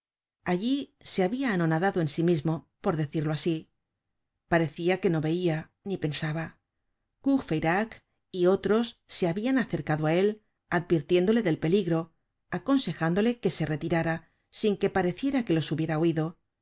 allí se habia anonadado en sí mismo por decirlo asi parecia que no veia ni pensaba courfeyrac y otros se habian acercado á él advirtiéndole del peligro aconsejándole que se retirara sin que pareciera que los hubiera oido